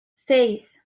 seis